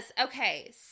Okay